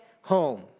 home